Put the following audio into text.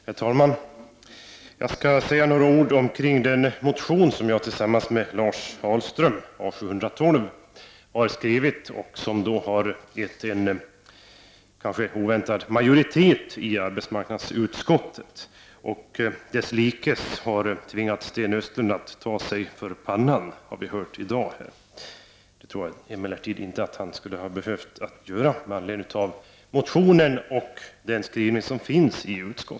Herr talman! Jag skall säga några ord om den motion, A712, som jag tillsammans med Lars Ahlström har väckt, och bakom vilken en kanske oväntad majoritet i arbetsmarknadsutskottet har ställt sig. Vi har också i dag fått höra att denna motion har tvingat Sten Östlund att ta sig för pannan. Sten Östlund skulle enligt min mening emellertid inte ha behövt ta sig för pannan med anledning av motionen eller den skrivning som finns i betänkandet.